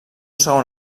segon